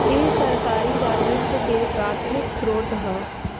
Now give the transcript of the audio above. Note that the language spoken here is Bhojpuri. इ सरकारी राजस्व के प्राथमिक स्रोत ह